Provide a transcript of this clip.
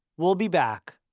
we'll be back,